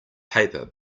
paper